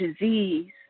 disease